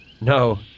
No